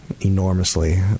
enormously